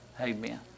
Amen